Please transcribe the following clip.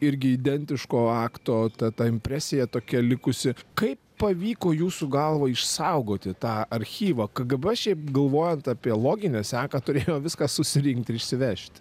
irgi identiško akto ta ta impresija tokia likusi kaip pavyko jūsų galva išsaugoti tą archyvą kgb šiaip galvojant apie loginę seką turėjo viską susirinkti ir išsivežti